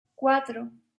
cuatro